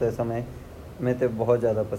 पसंद ऑनदा मेते भी ऊ भोत पसंद ची।